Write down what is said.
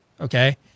okay